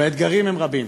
והאתגרים הם רבים.